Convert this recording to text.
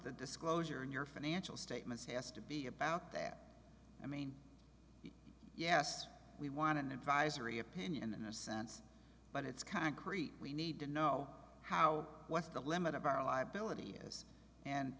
the disclosure in your financial statements has to be about that i mean yes we want an advisory opinion in a sense but it's concrete we need to know how what's the limit of our liability is and